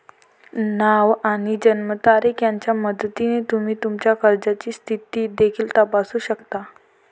नाव आणि जन्मतारीख यांच्या मदतीने तुम्ही तुमच्या कर्जाची स्थिती देखील तपासू शकता